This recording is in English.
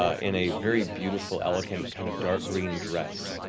ah in a very beautiful, elegant, kind of dark green dress,